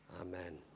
amen